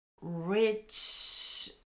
rich